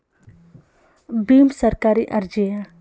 ಭೀಮ್ ಸರ್ಕಾರಿ ಅರ್ಜಿಯೇ?